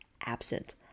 absent